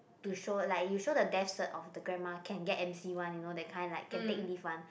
to show like you show the death cert of the grandma can get M_C one you know that kind like can take leave one